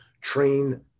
train